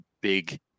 big